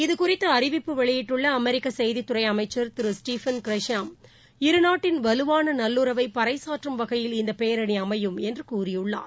இது குறித்துஅறிவிப்பு வெளியிட்டுள்ளஅமெரிக்கசெய்தித்துறைஅமைச்சர் திரு ஸ்டஃபன் கிரைஷாம் இருநாட்டின் வலுவானநல்லுறவைபறைச்சாற்றும் வகையில் இந்தபேரணிஅமையும் என்றுகூறியுள்ளார்